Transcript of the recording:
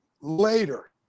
later